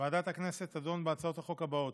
ועדת הכנסת תדון בהצעות חוק הבאות: